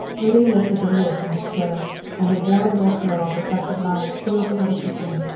marie lifted the lid from the stove, and a warm red glow of reflected light filled the little kitchen.